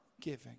giving